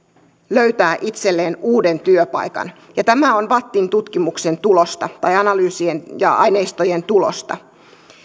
löytää itselleen uuden työpaikan ja tämä on vattin tutkimuksen tulosta tai analyysien ja aineistojen tulosta